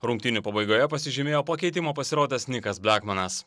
rungtynių pabaigoje pasižymėjo po keitimo pasirodęs nikas blekmenas